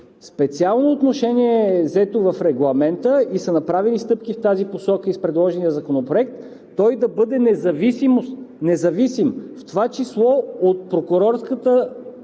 специално отношение в Регламента – направени са стъпки в тази посока с предложения законопроект той да бъде независим, в това число от прокурорската йерархия,